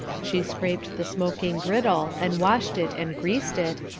she scraped the smoking griddle, and washed it and greased it,